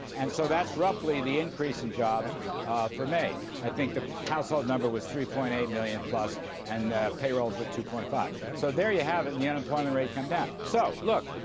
and so that's roughly the increase in jobs for may. i think the household number was three point eight million plus and payrolls were two point five. so there you have it. the unemployment rate come down. so look,